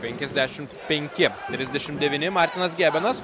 penkiasdešimt penki trisdešimt devyni martynas gebenas